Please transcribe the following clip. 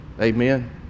Amen